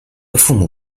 父母